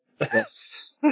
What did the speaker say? Yes